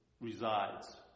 resides